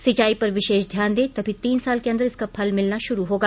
सिंचाई पर विशेष ध्यान दे तभी तीन साल के अंदर इसका फल मिलना शूरू होगा